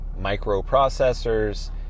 microprocessors